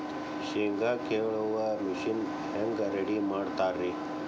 ಶೇಂಗಾ ಕೇಳುವ ಮಿಷನ್ ಹೆಂಗ್ ರೆಡಿ ಮಾಡತಾರ ರಿ?